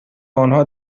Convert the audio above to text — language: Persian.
آنها